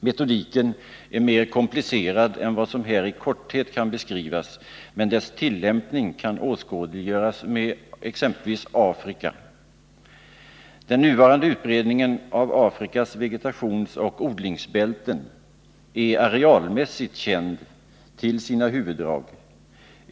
Metodiken är mer komplicerad än vad som här i korthet kan beskrivas, men dess tillämpning kan åskådliggöras med Afrika som exempel. Den nuvarande utbredningen av Afrikas vegetationsoch odlingsbälten är arealmässigt känd till sina huvuddrag.